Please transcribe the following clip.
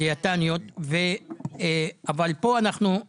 זאת אומרת הם משלמים על מוצר שהם לא מקבלים.